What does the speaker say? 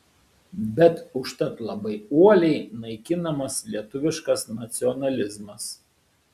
bet užtat labai uoliai naikinamas lietuviškas nacionalizmas